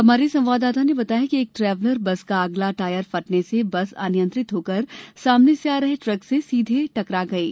हमारे संवाददाता ने बताया है कि एक ट्रेवलर बस का अगला टायर फटने से बस अनियंत्रित होकर सामने से आ रहे ट्रक से सीधे टकरा गयी